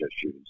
issues